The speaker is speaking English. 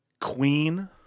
queen